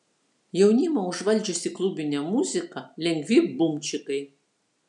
jaunimą užvaldžiusi klubinė muzika lengvi bumčikai